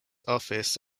office